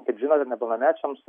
kaip žinote pilnamečiams